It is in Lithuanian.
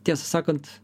tiesą sakant